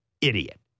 idiot